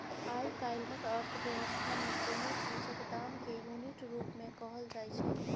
आइ काल्हिक अर्थ बेबस्था मे कोनो चीजक दाम केँ युनिट रुप मे कहल जाइ छै